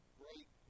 great